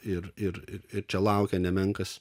ir ir ir čia laukia nemenkas